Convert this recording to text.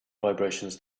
vibrations